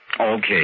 Okay